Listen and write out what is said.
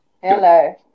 hello